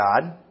God